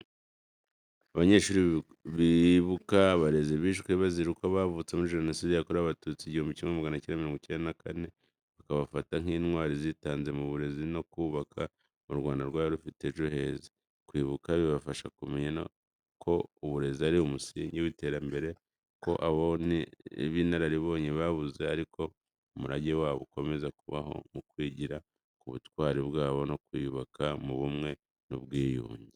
Abanyeshuri bibuka abarezi bishwe bazira uko bavutse muri Jenoside yakorewe Abatutsi igihumbi kimwe magana cyenda mirongo icyenda na kane. Bakabafata nk’intwari zitanze mu burezi no kubaka u Rwanda rwari rufite ejo heza. Kwibuka bibafasha kumenya ko uburezi ari umusingi w’iterambere, ko abo b’inararibonye babuze ariko umurage wabo ukomeza kubaho mu kwigira ku butwari bwabo no kwiyubaka mu bumwe n’ubwiyunge.